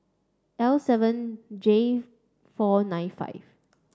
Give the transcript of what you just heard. L seven J four nine five